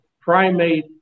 primate